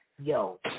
Yo